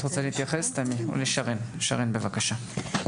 שרן, בבקשה.